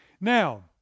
Now